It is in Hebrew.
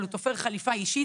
אבל הוא תופר חליפה אישית,